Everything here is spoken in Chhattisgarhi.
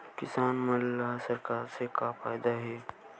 किसान मन ला सरकार से का फ़ायदा हे?